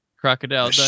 crocodile